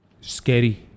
scary